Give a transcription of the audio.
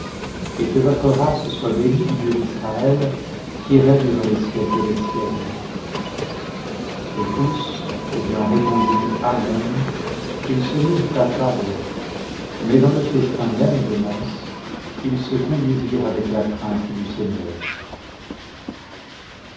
et que votie race soit bénie du dieu d'israël qui règne dans les siècles des siècles et tous ayant répondu amen ils se mirent à table mais dans le festin même des noces ils se conduisirent avec la crainte du seigneur